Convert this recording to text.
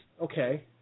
Okay